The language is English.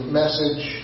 message